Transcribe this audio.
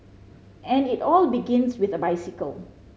and it all begins with a bicycle